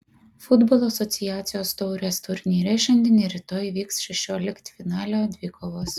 futbolo asociacijos taurės turnyre šiandien ir rytoj vyks šešioliktfinalio dvikovos